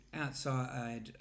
outside